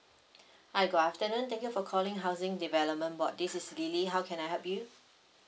hi good afternoon thank you for calling housing development board this is lily how can I help you